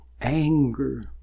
anger